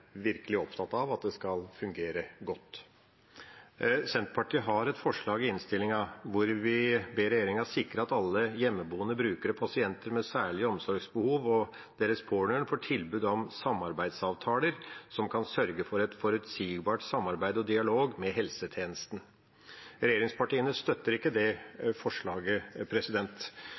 virkelig opptatt av at det skal fungere godt. Senterpartiet har et forslag i innstillinga der vi ber regjeringa sikre at alle hjemmeboende brukere eller pasienter med særlige omsorgsbehov og deres pårørende får tilbud om en samarbeidsavtale som kan sørge for et forutsigbart samarbeid og dialog med helsetjenesten. Regjeringspartiene støtter ikke det forslaget,